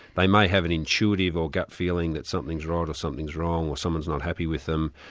they may have an intuitive or gut feeling that something's right or something's wrong or someone's not happy with them.